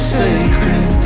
sacred